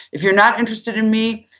if you're not interested in me,